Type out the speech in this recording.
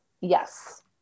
Yes